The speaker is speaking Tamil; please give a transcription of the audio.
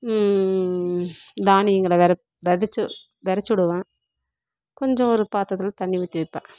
தானியங்களை வெரைப் வெரைச்சு வெரைச்சி விடுவேன் கொஞ்சம் ஒரு பாத்திரத்துல தண்ணி ஊற்றி வைப்பேன்